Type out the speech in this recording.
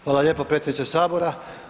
Hvala lijepo predsjedniče Sabor.